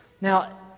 Now